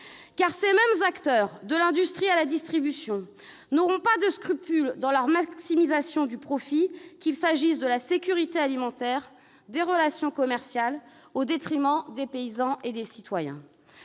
ces mêmes acteurs, de l'industrie à la distribution, ne s'embarrasseront pas de scrupules dans la recherche de la maximisation de leurs profits, qu'il s'agisse de la sécurité alimentaire ou des relations commerciales, au détriment des paysans et des citoyens.